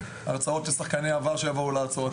הרצאות של שחקני עבר שיבואו להרצות,